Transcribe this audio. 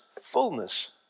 fullness